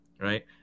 Right